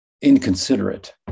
inconsiderate